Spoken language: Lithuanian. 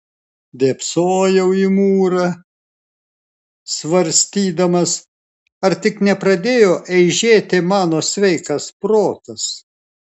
dėbsojau į mūrą svarstydamas ar tik nepradėjo eižėti mano sveikas protas